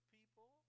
people